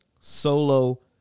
solo